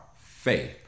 faith